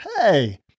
Hey